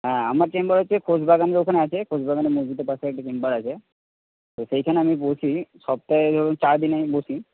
হ্যাঁ আমার চেম্বার হচ্ছে খোশবাগানের ওখানে আছে খোশবাগানের মসজিদের পাশে একটা চেম্বার আছে তো সেইখানে আমি বসি সপ্তাহে ধরুন চারদিন আমি বসি